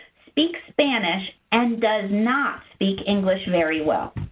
speaks spanish and does not speak english very well.